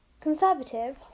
conservative